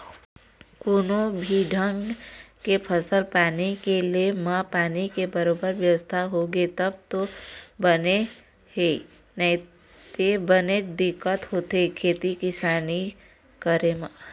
कोनो भी ढंग के फसल पानी के ले म पानी के बरोबर बेवस्था होगे तब तो बने हे नइते बनेच दिक्कत होथे खेती किसानी करे म